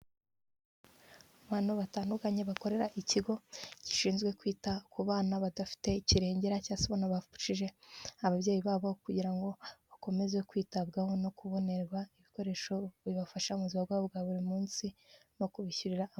Abantu batandukanye bakorera ikigo gishinzwe kwita ku bana, badafite kirengera cyangwa se ubona bapfushije ababyeyi babo kugira ngo bakomeze kwitabwaho no kubonerwa ibikoresho bibafasha mu buzima bwabo bwa buri munsi no kubishyirira amashuri.